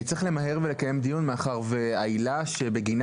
צריך למהר ולקיים דיון מאחר שהעילה שבגינה